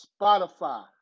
Spotify